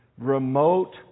remote